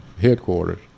headquarters